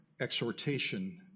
exhortation